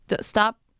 stop